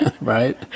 right